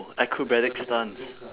acrobatic stunts